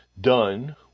done